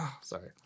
sorry